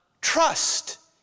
trust